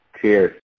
Cheers